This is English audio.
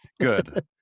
Good